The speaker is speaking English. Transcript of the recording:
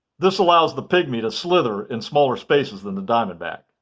this allows the pygmy to slither in smaller spaces than the diamondback.